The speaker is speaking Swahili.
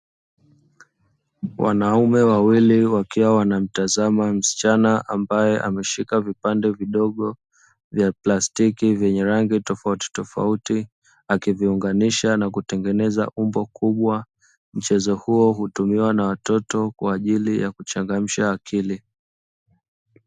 Wanaume wawili wakiwa wanamtazama msichana ambaye ameshika vipande vidogo vya plastiki vyenye rangi tofautitofauti. Akiviunganisha na kutengeneza umbo kubwa, mchezo huo hutumiwa na watoto kwa ajili ya kuchangamsha akili.